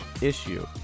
issue